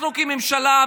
אנחנו כממשלה,